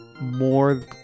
more